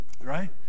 right